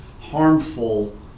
harmful